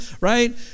right